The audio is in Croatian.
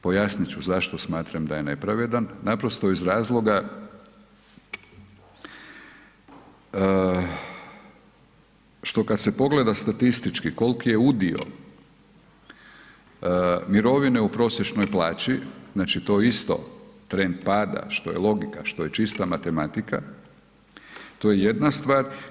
Pojasnit ću zašto smatram da je nepravedan, naprosto iz razloga što kada se pogleda statistički koliki je udio mirovine u prosječnoj plaći, to isto trend pada, što je logika, što je čista matematika to je jedna stvar.